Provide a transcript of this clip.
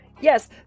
yes